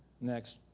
next